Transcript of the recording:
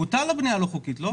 בוטל הבנייה הלא חוקית, לא?